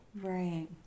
Right